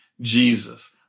Jesus